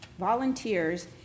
volunteers